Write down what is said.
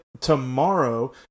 tomorrow